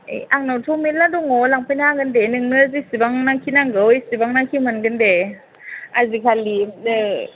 ए आंनावथ' मेरला दङ लांफैनो हागोन दे नोंनो जेसेबां नाखि नांगौ एसेबां नाखि मोनगोन दे आजिखालि ए